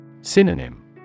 Synonym